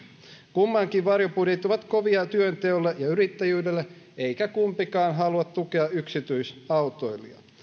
kummankin varjobudjetit ovat kovia työnteolle ja yrittäjyydelle eikä kumpikaan halua tukea yksityisautoilijoita